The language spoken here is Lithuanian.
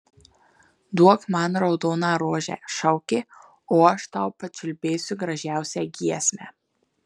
duok man raudoną rožę šaukė o aš tau pačiulbėsiu gražiausią giesmę